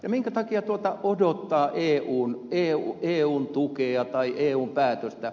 ja minkä takia odottaa eun tukea tai eun päätöstä